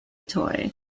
toy